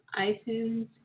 iTunes